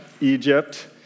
Egypt